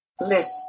list